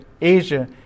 Asia